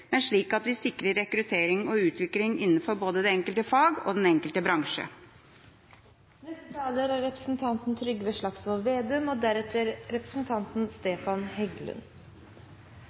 men slik at vi sikrer rekruttering og utvikling innenfor både det enkelte fag og den enkelte bransje. Kommunereformen har vært regjeringens store prestisjereform. Jan Tore Sanner har reist land og